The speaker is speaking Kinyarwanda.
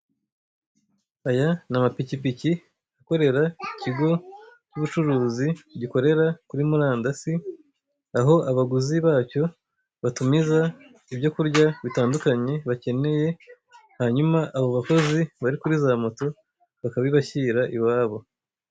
Aya ni amapikipiki akorera ikigo cy'ubucuruzi gikorera kuri murandasi, aho abaguzi bacyo batumiza ibyo kurya bitandukanye bakeneye hanyuma abo bakozi bari kuri za moto bakabibashyira iwabo.